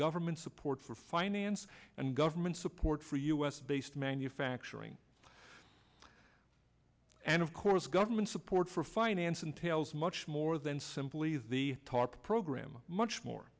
government support for finance and government support for u s based manufacturing and of course government support for finance entails much more than simply the tarp program much more